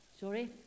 Sorry